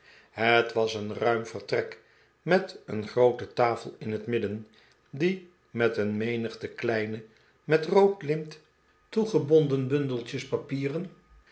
het was een ruim vertrek met een groote tafel in het midden die met een menigte kleine met rood lint toegebonden bundeltjes papieren